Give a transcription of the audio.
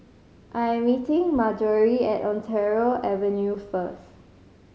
I am meeting Marjorie at Ontario Avenue first